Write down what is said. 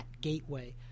gateway